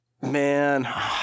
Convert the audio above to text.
Man